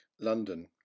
London